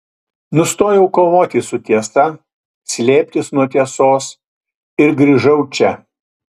nustojau kovoti su tiesa slėptis nuo tiesos ir grįžau čia